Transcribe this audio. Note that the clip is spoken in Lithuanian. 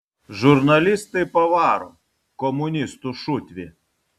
žurnalistai pavaro komunistų šutvė